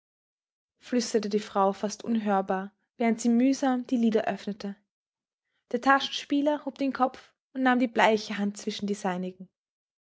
flüsterte die frau fast unhörbar während sie mühsam die lider öffnete der taschenspieler hob den kopf und nahm die bleiche hand zwischen